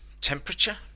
temperature